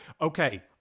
Okay